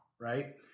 Right